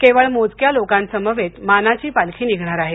केवळ मोजक्या लोकासमवेत मानाची पालखी निघणार आहे